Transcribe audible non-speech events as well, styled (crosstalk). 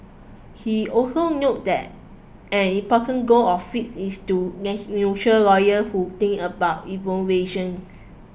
he also noted that an important goal of flip is to (unintelligible) lawyer who think about innovation